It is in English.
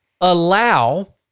allow